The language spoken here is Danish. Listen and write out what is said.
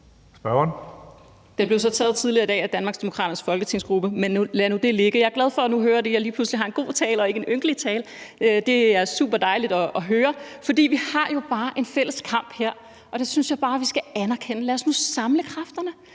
(DD): Den blev så taget tidligere i dag af Danmarksdemokraternes folketingsgruppe, men lad nu det ligge. Jeg er glad for nu at høre, at jeg lige pludselig kom med en god tale og ikke en ynkelig tale. Det er superdejligt at høre. For vi har jo bare en fælles kamp her, og det synes jeg bare vi skal anerkende. Lad os nu samle kræfterne.